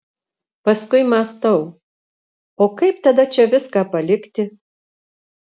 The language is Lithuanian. paskui mąstau o kaip tada čia viską palikti